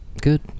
good